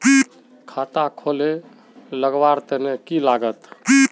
खाता खोले लगवार तने की लागत?